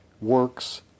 works